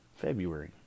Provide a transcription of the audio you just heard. February